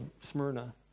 Smyrna